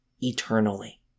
eternally